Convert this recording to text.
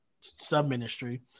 sub-ministry